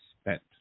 spent